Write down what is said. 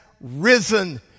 risen